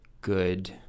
good